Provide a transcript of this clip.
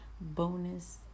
bonus